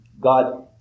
God